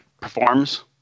performs